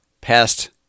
past